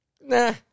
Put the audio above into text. Nah